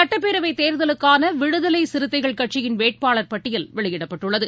சுட்ப்பேரவைத் தேர்தலுக்கானவிடுதலைசிறுத்தைகள் கட்சியின் வேட்பாள் பட்டியல் வெளியிடப்பட்டுள்ளது